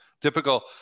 Typical